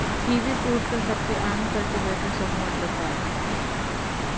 kiwifruit का सबसे आम कल्टीवेटर समूह अंडाकार है